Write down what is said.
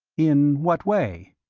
in what way?